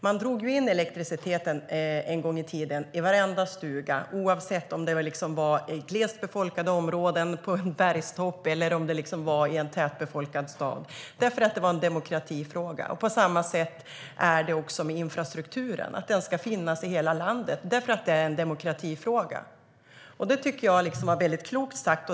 En gång i tiden drog man ju in elektriciteten i varenda stuga - oavsett om det var i glest befolkade områden, på en bergstopp eller i en tätbefolkad stad - för att det var en demokratifråga. På samma sätt är det med infrastrukturen - den ska finnas i hela landet för att det är en demokratifråga. Det tycker jag var väldigt klokt sagt.